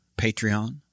Patreon